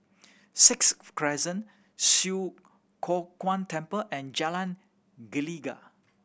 Sixth Crescent Swee Kow Kuan Temple and Jalan Gelegar